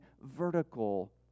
vertical